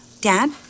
Dad